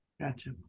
Gotcha